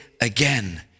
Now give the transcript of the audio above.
again